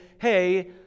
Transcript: hey